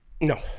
No